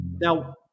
Now